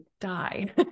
die